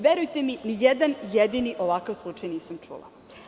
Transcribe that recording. Verujte mi, ni jedan jedini ovakav slučaj nisam čula.